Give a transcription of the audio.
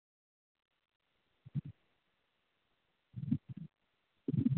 हमर बैंकसॅं जे पैसा जे कटि गेलै हँ कहाँ कटलै हँ